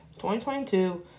2022